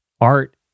Art